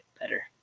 better